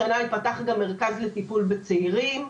השנה ייפתח גם מרכז לטיפול בצעירים.